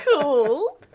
cool